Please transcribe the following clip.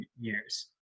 years